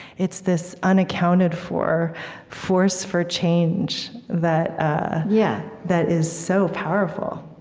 it's this unaccounted-for force for change that ah yeah that is so powerful